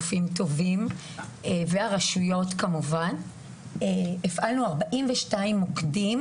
הרבה מאוד גופים טובים וכמובן הרשויות - הפעלנו 42 מוקדים